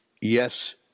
yes